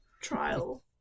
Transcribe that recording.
trial